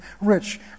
rich